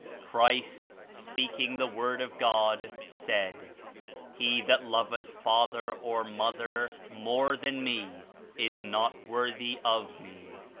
christ, speaking the word of god, said he that loveth father or mother more than me is not worthy of me,